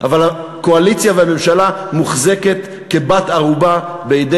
אבל הקואליציה והממשלה מוחזקות כבנות-ערובה בידי